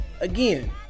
again